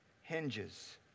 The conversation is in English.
hinges